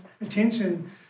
attention